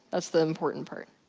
that's the important part.